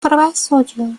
правосудию